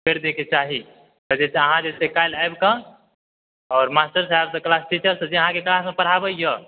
करि दैके चाही जे छै से अहाँ काल्हि आबि कऽ आओर मास्टर साहबसँ क्लास टीचरसँ जे अहाँकेँ क्लासमे पढ़ाबैए